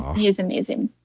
he is amazing.